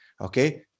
okay